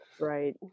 right